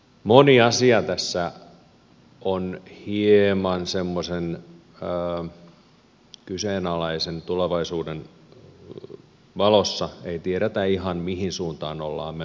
moni asia tässä on hieman semmoisen kyseenalaisen tulevaisuuden valossa ei tiedetä ihan mihin suuntaan ollaan menossa